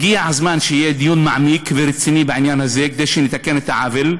הגיע הזמן שיהיה דיון מעמיק ורציני בעניין הזה כדי שנתקן את העוול.